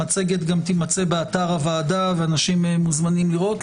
המצגת גם תמצא באתר הוועדה ואנשים מוזמנים לראותה.